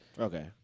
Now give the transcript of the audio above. Okay